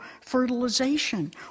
fertilization